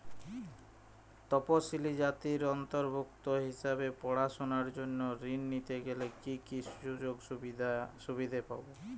তফসিলি জাতির অন্তর্ভুক্ত হিসাবে পড়াশুনার জন্য ঋণ নিতে গেলে কী কী সুযোগ সুবিধে পাব?